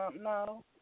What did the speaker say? no